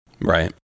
Right